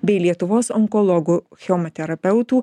bei lietuvos onkologų chemoterapeutų